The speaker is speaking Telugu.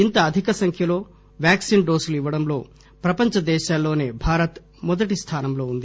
ఇంత అధిక సంఖ్యలో వ్యాక్పిన్ డోసులు ఇవ్వడంలో ప్రపంచదేశాల్లోసే భారత్ మొదటి స్థానంలో ఉంది